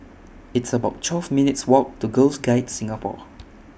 It's about twelve minutes' Walk to Girls Guides Singapore